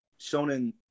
Shonen